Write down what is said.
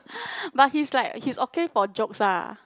but he's like he's okay for jokes ah